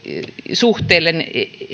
suhteille